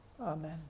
Amen